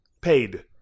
paid